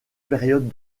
périodes